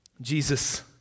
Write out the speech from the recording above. Jesus